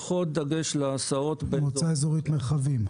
פחות דגש על הסעות --- מועצה אזורית מרחבים?